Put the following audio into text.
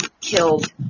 killed